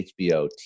HBO